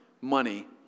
money